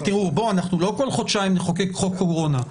לא כל חודשיים נחוקק חוק קורונה.